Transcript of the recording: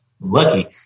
lucky